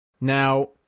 Now